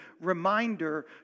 reminder